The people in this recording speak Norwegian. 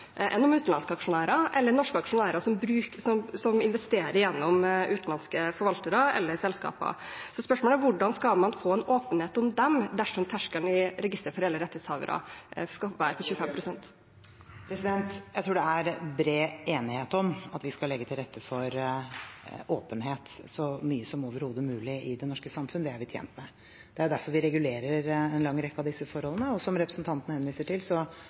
om utenlandske aksjonærer eller norske aksjonærer som investerer gjennom utenlandske forvaltere eller selskaper. Spørsmålet er: Hvordan skal man få en åpenhet om dem dersom terskelen i registeret for reelle rettighetshavere skal være på 25 pst. Jeg tror det er bred enighet om at vi skal legge til rette for åpenhet så mye som overhodet mulig i det norske samfunn. Det er vi tjent med. Det er derfor vi regulerer en lang rekke av disse forholdene. Som representanten henviser til,